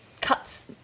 cuts